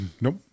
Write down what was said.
Nope